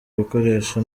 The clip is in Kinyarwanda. ibikoresho